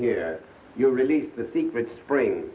here you release the secret spring